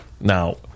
now